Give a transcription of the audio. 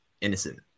Innocent